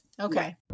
Okay